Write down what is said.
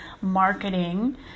marketing